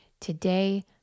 Today